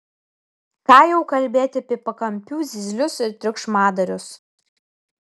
ką jau kalbėti apie pakampių zyzlius ir triukšmadarius